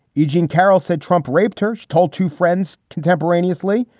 eugene carroll said trump raped her. she told two friends contemporaneously.